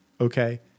Okay